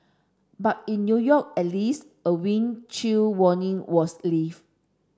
but in New York at least a wind chill warning was lifted